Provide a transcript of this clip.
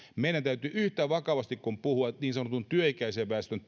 meidän täytyy yhtä vakavasti kuin puhumme niin sanotun työikäisen väestön